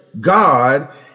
God